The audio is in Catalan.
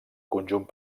conjunt